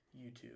YouTube